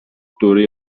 دوره